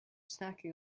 snacking